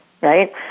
Right